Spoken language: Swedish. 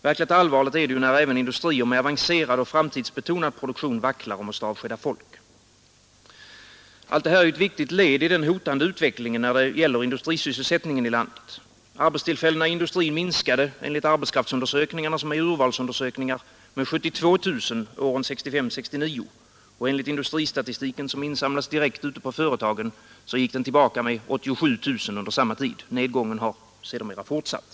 Verkligt allvarligt är det ju när även industrier med avancerad och framtidsbetonad produktion vacklar och måste avskeda folk. Allt det här är ett viktigt led i den hotande utvecklingen när det gäller industrisysselsättningen i landet. Arbetstillfällena i industrin minskade enligt arbetskraftsundersökningarna, som är urvalsundersökningar, med 72 000 åren 1965—1969, och enligt industristatistiken, som insamlas direkt ute på företagen, gick arbetstillfällena tillbaka med 87 000 under samma tid. Nedgången har sedermera fortsatt.